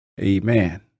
Amen